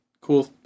cool